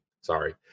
Sorry